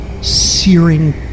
searing